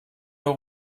nur